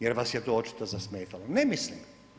Jer vas je to očito zasmetalo, ne mislim.